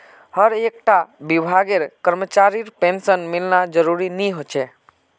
हर एक टा विभागेर करमचरीर पेंशन मिलना ज़रूरी नि होछे